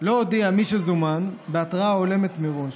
לא הודיע מי שזומן, בהתראה הולמת מראש,